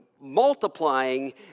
multiplying